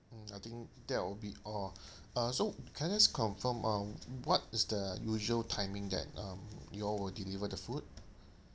mm I think that will be all uh so can I just confirm um what is the usual timing that um you all will deliver the food